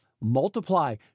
Multiply